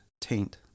taint